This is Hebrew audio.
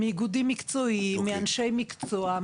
-- מאנשי מקצוע,